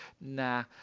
Nah